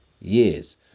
years